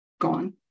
Gone